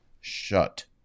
shut